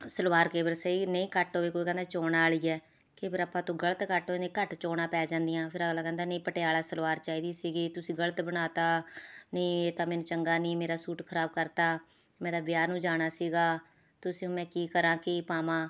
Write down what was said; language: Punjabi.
ਸਲਵਾਰ ਕਈ ਵਾਰ ਸਹੀ ਨਹੀਂ ਕੱਟ ਹੋੇਈ ਕੋਈ ਕਹਿੰਦਾ ਚੋਣਾਂ ਵਾਲੀ ਹੈ ਕਈ ਵਾਰ ਆਪਾਂ ਤੋਂ ਗਲਤ ਕੱਟ ਹੋ ਜਾਂਦੀ ਘੱਟ ਚੋਣਾਂ ਪੈ ਜਾਂਦੀਆਂ ਫਿਰ ਅਗਲਾ ਕਹਿੰਦਾ ਨਹੀਂ ਪਟਿਆਲਾ ਸਲਵਾਰ ਚਾਹੀਦੀ ਸੀ ਤੁਸੀਂ ਗਲਤ ਬਣਾ ਤਾਂ ਨਹੀਂ ਇਹ ਤਾਂ ਮੈਨੂੰ ਚੰਗਾ ਨਹੀਂ ਮੇਰਾ ਸੂਟ ਖਰਾਬ ਕਰ ਦਿੱਤਾ ਮੈਂ ਤਾਂ ਵਿਆਹ ਨੂੰ ਜਾਣਾ ਸੀ ਦੱਸੋ ਮੈਂ ਕੀ ਕਰਾਂ ਕੀ ਪਾਵਾਂ